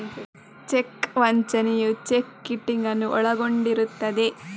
check ವಂಚನೆಯು cheque kiting ಅನ್ನು ಒಳಗೊಂಡಿರುತ್ತದೆ